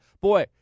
boy